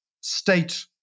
state